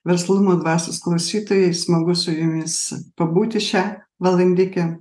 verslumo dvasios klausytojai smagu su jumis pabūti šią valandikę